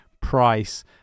price